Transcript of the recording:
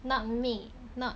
not me not